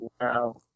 Wow